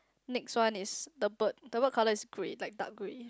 next one is the bird the bird colour is grey like dark grey